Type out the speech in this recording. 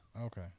okay